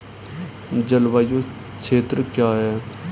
जलवायु क्षेत्र क्या है?